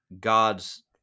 God's